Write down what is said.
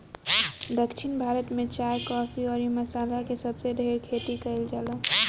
दक्षिण भारत में चाय, काफी अउरी मसाला के सबसे ढेर खेती कईल जाला